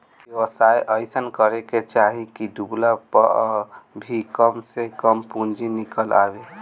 व्यवसाय अइसन करे के चाही की डूबला पअ भी कम से कम पूंजी निकल आवे